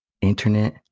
internet